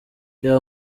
reba